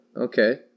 Okay